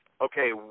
okay